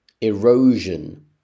erosion